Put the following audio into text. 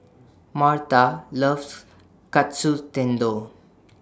Marta loves Katsu Tendon